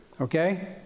okay